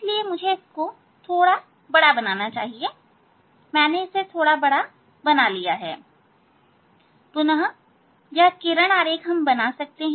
इसलिए मुझे इससे थोड़ा बड़ा बनाना चाहिए मैंने इसे थोड़ा बड़ा लिया है पुनः यह किरण आरेख हम बना सकते हैं